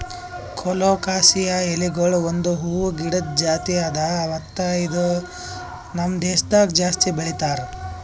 colocasia ಎಲಿಗೊಳ್ ಒಂದ್ ಹೂವು ಗಿಡದ್ ಜಾತಿ ಅದಾ ಮತ್ತ ಇವು ನಮ್ ದೇಶದಾಗ್ ಜಾಸ್ತಿ ಬೆಳೀತಾರ್